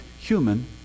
human